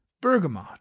Bergamot